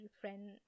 friend